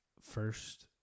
first